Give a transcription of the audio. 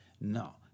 No